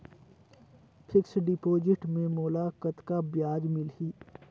Fixed deposit मे मोला कतका ब्याज मिलही?